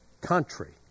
country